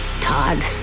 Todd